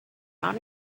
not